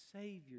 Savior